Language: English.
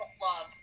love